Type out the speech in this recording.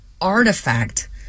Artifact